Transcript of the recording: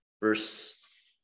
Verse